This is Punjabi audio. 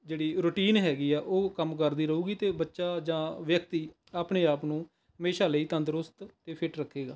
ਜਿਹੜੀ ਰੁਟੀਨ ਹੈਗੀ ਹੈ ਉਹ ਕੰਮ ਕਰਦੀ ਰਹੂਗੀ ਅਤੇ ਬੱਚਾ ਜਾਂ ਵਿਅਕਤੀ ਆਪਣੇ ਆਪ ਨੂੰ ਹਮੇਸ਼ਾ ਲਈ ਤੰਦਰੁਸਤ ਅਤੇ ਫਿੱਟ ਰੱਖੇਗਾ